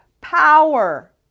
power